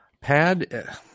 Pad